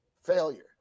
failure